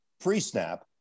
pre-snap